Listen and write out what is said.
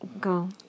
Go